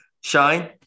shine